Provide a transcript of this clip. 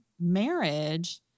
marriage